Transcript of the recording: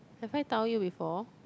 have I tell you before